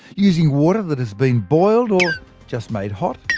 using water that has been boiled or just made hot,